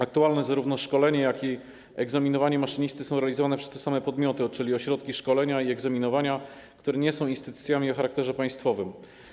Aktualnie zarówno szkolenie, jak i egzaminowanie maszynisty jest realizowane przez te same podmioty, czyli ośrodki szkolenia i egzaminowania, które nie są instytucjami o charakterze państwowym.